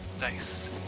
Nice